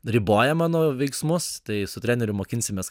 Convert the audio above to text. riboja mano veiksmus tai su treneriu mokinsimės